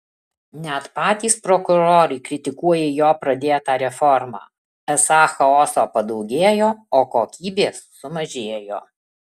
net patys prokurorai kritikuoja jo pradėtą reformą esą chaoso padaugėjo o kokybės sumažėjo